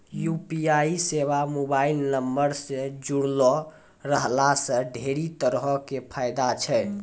UPI सेबा mobile नंबरो से जुड़लो रहला से ढेरी तरहो के फायदा छै